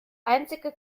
einzige